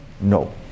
No